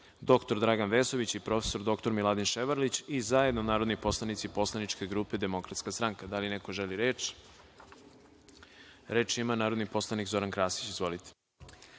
dr Dragan Vesović i prof. dr Miladin Ševrlić, i zajedno narodni poslanici Poslaničke grupe DS.Da li neko želi reč? (Da)Reč ima narodni poslanik Zoran Krasić. Izvolite.